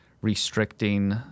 restricting